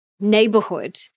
neighborhood